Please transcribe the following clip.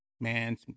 man